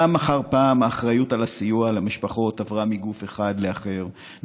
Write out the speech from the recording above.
פעם אחר פעם האחריות לסיוע למשפחות עברה מגוף אחד לאחר,